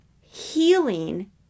healing